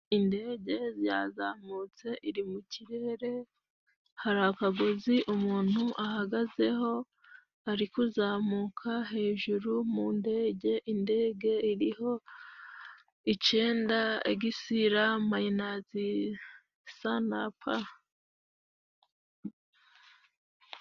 Indege yazamutse iri mu kirere, hari akagozi umuntu ahagazeho ari kuzamuka hejuru mu ndege. Indege iriho icenda igisira mayinazi sa na pa.